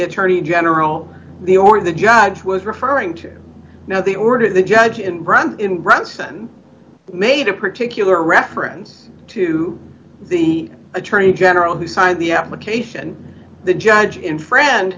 attorney general the or the judge was referring to now the order the judge in brown in branson made a particular reference to the attorney general who signed the application the judge in friend